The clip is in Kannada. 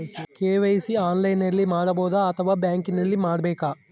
ಕೆ.ವೈ.ಸಿ ಆನ್ಲೈನಲ್ಲಿ ಮಾಡಬಹುದಾ ಅಥವಾ ಬ್ಯಾಂಕಿನಲ್ಲಿ ಮಾಡ್ಬೇಕಾ?